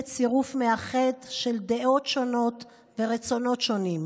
צירוף מאחד של דעות שונות ורצונות שונים,